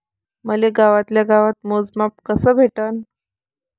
मले गावातल्या गावात मोजमाप कस भेटन?